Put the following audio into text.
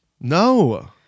No